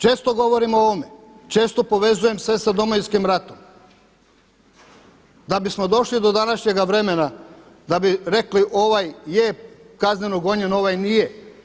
Često govorim o ovome, često povezujem sve sa Domovinskim ratom, da bismo došli do današnjega vremena da bi rekli ovaj je kazneno gonjen, ovaj nije.